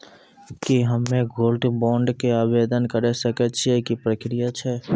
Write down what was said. की हम्मय gold bond के आवदेन करे सकय छियै, की प्रक्रिया छै?